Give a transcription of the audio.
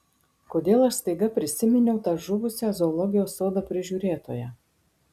kodėl aš staiga prisiminiau tą žuvusią zoologijos sodo prižiūrėtoją